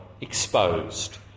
exposed